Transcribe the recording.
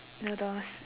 noodles